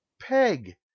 peg